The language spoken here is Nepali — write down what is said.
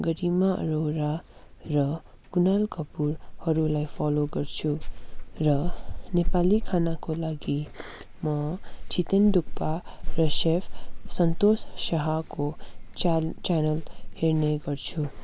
गरिमा अरोरा र कुनाल कपुरहरूलाई फलो गर्छु र नेपाली खानाको लागि म छितेन डुक्पा र सेफ सन्तोष साहको चाल च्यानल हेर्ने गर्छु